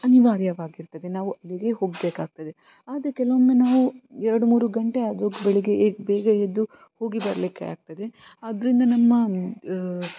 ಅನಿವಾರ್ಯವಾಗಿರ್ತದೆ ನಾವು ಅಲ್ಲಿಗೇ ಹೋಗಬೇಕಾಗ್ತದೆ ಆದರೆ ಕೆಲವೊಮ್ಮೆ ನಾವು ಎರಡು ಮೂರು ಗಂಟೆ ಆದರೂ ಬೆಳಿಗ್ಗೆ ಬೇಗ ಎದ್ದು ಹೋಗಿ ಬರಲಿಕ್ಕೆ ಆಗ್ತದೆ ಆದ್ದರಿಂದ ನಮ್ಮ